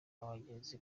abagenzi